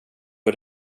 och